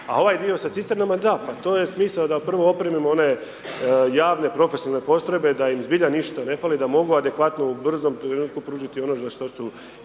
A ovaj dio sa cisternama, da, pa to je smisao da prvo opremimo one javne profesionalne postrojbe, da im zbilja ništa ne fali, da mogu u adekvatnom, brzom trenutku pružiti ono za što su